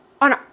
on